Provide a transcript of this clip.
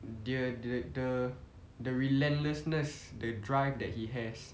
dia the the relentlessness the drive that he has